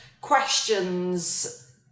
questions